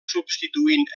substituint